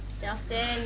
Justin